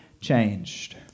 changed